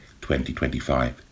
2025